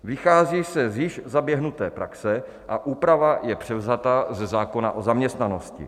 Vychází se již ze zaběhnuté praxe a úprava je převzata ze zákona o zaměstnanosti.